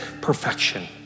perfection